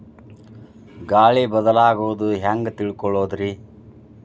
ಗಾಳಿ ಬದಲಾಗೊದು ಹ್ಯಾಂಗ್ ತಿಳ್ಕೋಳೊದ್ರೇ?